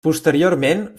posteriorment